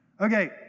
Okay